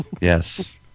Yes